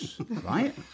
right